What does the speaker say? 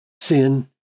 sin